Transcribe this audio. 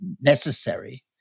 necessary